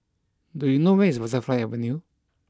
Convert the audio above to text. do you know where is Butterfly Avenue